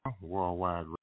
Worldwide